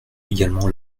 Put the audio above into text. également